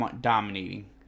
Dominating